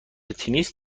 تنیس